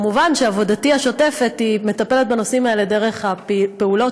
מובן שעבודתי השוטפת מטפלת בנושאים האלה דרך הפעולות